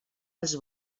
els